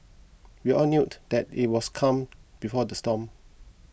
we all knew that it was calm before the storm